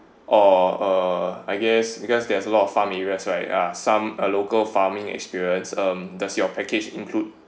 or uh I guess because there's a lot of farm areas right ah some uh local farming experience um does your package include